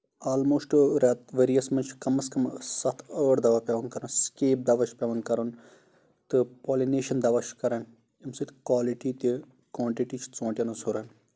almost ؤریَس منٛز چھِ کَم اَس کَم سَتھ ٲٹھ دوا پیوان کَرٕنۍ سِکیپ دوا چھِ پیوان کَرُنۍ تہٕ پولوٗنِیشن دوا چھُ کران اَمہِ سۭتۍ کالٹی تہِ کونٹِٹی چھِ ژوٗنٛٹھٮ۪ن ہٕنز ہُران